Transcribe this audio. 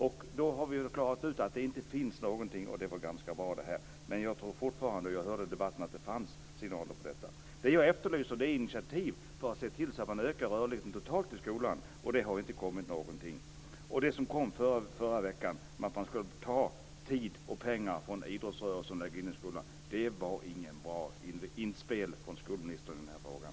Vi har klarat ut att det inte finns någonting, och det är bra. Men jag hörde i debatten att det fanns signaler. Jag efterlyser initiativ för att se till att öka rörligheten totalt i skolan. Det har inte kommit några initiativ. Initiativen som lades fram i förra veckan om att ta tid och pengar från idrottsrörelsen till skolan var inte något bra inspel från skolministern i frågan.